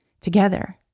together